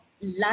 life